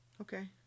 Okay